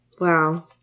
Wow